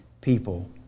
people